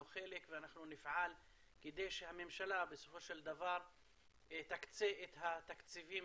חלק ואנחנו נפעל כדי שהממשלה בסופו של דבר תקצה את התקציבים